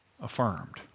Affirmed